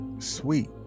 Sweet